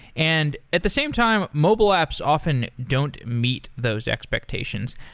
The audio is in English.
and at the same time, mobile apps often don't meet those expectations.